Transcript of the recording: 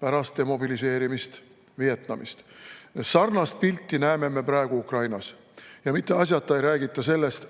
pärast demobiliseerimist Vietnamist. Sarnast pilti näeme me praegu Ukrainas. Mitte asjata ei räägita sellest,